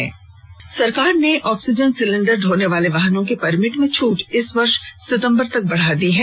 permit छूट सरकार ने ऑक्सीजन सिलेंडर ढोने वाले वाहनों के परमिट में छूट इस वर्ष सितंबर तक बढ़ा दी है